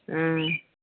हूँ